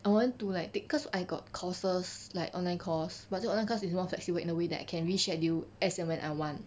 I want to like take cause I got courses like online course but 这个 online course is more flexible in a way that I can reschedule as and when I want